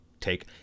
take